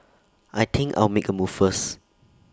I think I'll make A move first